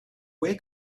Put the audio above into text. where